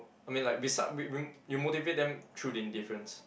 I mean like we sa~ we we you motivate them through the indifference